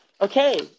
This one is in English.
Okay